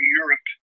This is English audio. Europe